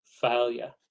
failure